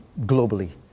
globally